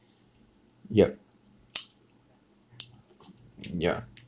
yup ya